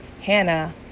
Hannah